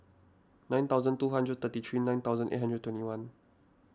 nine thousand two hundred thirty three nine thousand eight hundred twenty one